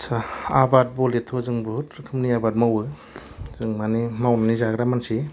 आच्चा आबाद बलेथ' जों बहुत रोखोमनि आबाद मावो जों माने मावनानै जाग्रा मानसि